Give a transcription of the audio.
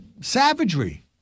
savagery